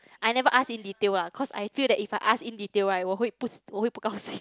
I never ask in detail lah because I feel that if I ask in detail right 我会我会不高兴